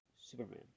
Superman